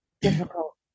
difficult